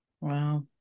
wow